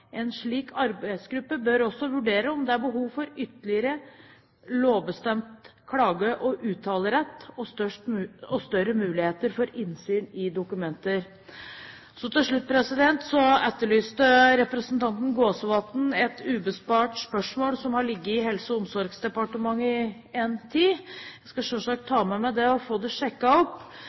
En slik arbeidsgruppe bør også vurdere om det er behov for ytterligere lovbestemt klage- og uttalerett og større muligheter for innsyn i dokumenter. Til slutt: Representanten Gåsvatn etterlyste svar på et ubesvart spørsmål, som har ligget i Helse- og omsorgsdepartementet en tid. Jeg skal selvsagt ta med meg det og få det